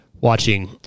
watching